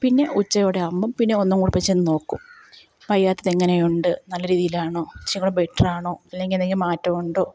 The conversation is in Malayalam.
പിന്നെ ഉച്ചയോടെ ആകുമ്പോള് പിന്നെ ഒന്നുങ്കൂടെപ്പോയി ചെന്ന് നോക്കും വയ്യാത്തതെങ്ങനെയുണ്ട് നല്ല രീതിയിലാണോ ഇച്ചിങ്കൂടി ബേറ്ററാണൊ അല്ലെങ്കി എന്തെങ്കിലും മാറ്റമുണ്ടോ